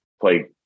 play